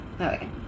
okay